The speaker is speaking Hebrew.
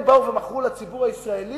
הם באו ומכרו לציבור הישראלי